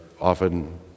often